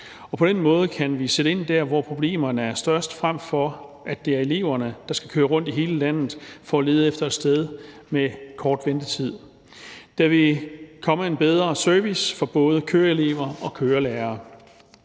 På den måde kan vi sætte ind der, hvor problemerne er størst, frem for at det er eleverne, der skal køre rundt i hele landet for at lede efter et sted med kort ventetid. Der vil komme en bedre service for både køreelever og kørelærere.